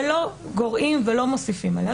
לא גורעים ולא מוסיפים אליה,